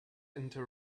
into